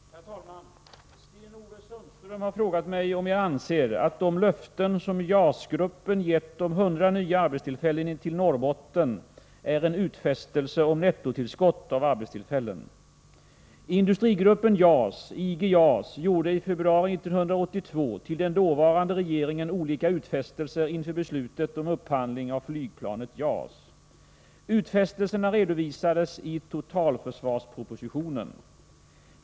Herr talman! Sten-Ove Sundström har frågat mig om jag anser att de löften som JAS-gruppen gett om 100 nya arbetstillfällen till Norrbotten är en utfästelse om nettotillskott av arbetstillfällen. Industrigruppen JAS gjorde i februari 1982 till den dåvarande regeringen olika utfästelser inför beslutet om upphandling av flygplanet JAS. Utfästelserna redovisades i totalförsvarspropositionen .